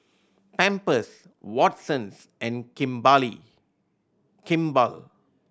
Pampers Watsons and Kimball